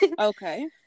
okay